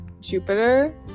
Jupiter